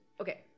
okay